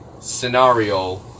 scenario